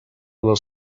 les